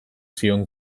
zion